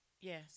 Yes